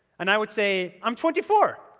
and i would say, i'm twenty four.